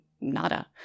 nada